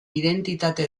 identitate